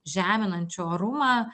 žeminančiu orumą